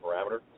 parameter